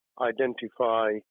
identify